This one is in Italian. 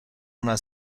una